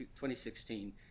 2016